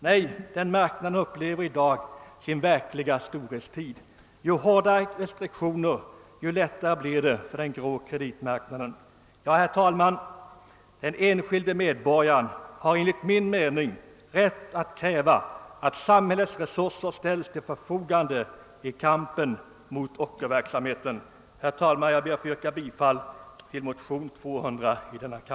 Nej, den marknaden upplever i dag sin verkliga storhetstid. Ju hårdare restriktioner desto lättare blir det för den grå kreditmarknaden. Herr talman! Den enskilde medborgaren har enligt min mening rätt att kräva att samhällets resurser ställs till förfogande i kampen mot ockerverksamheten. Jag ber därför att få yrka bifall till motion II: 200.